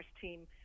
team